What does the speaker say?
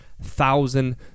thousand